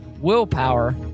willpower